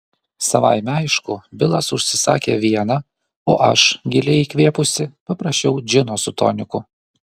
savaime aišku bilas užsisakė vieną o aš giliai įkvėpusi paprašiau džino su toniku